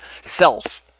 self